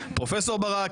פרופ' ברק,